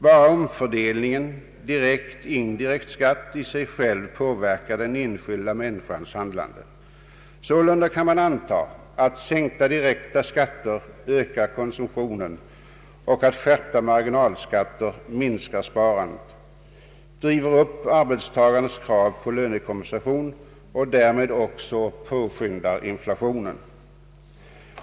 Bara omfördelningen mellan direkt och indirekt skatt påverkar den enskilda människans handlande. Sålunda kan man anta att sänkta direkta skatter ökar konsumtionen och att skärpta marginalskatter minskar sparandet, driver upp arbetstagarnas krav på lönekompensation och därmed också påskyndar inflationen.